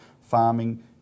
farming